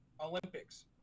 Olympics